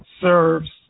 serves